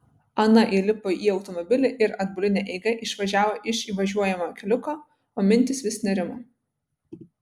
ana įlipo į automobilį ir atbuline eiga išvažiavo iš įvažiuojamojo keliuko o mintys vis nerimo